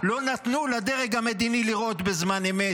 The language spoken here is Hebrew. נתנו לדרג המדיני לראות בזמן אמת.